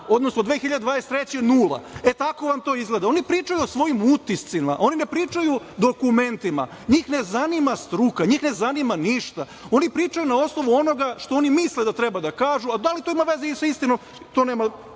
odnosno 2023. godine nula. Tako vam to izgleda. Oni pričaju o svojim utiscima, oni ne pričaju dokumentima, njih ne zanima struka, njih ne zanima ništa, oni pričaju na osnovu onoga što oni misle da treba da kažu, a da li to ima veze sa istinom, to nema